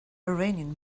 iranian